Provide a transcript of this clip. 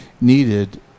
needed